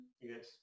Yes